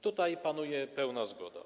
Tutaj panuje pełna zgoda.